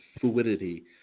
fluidity